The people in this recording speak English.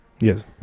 Yes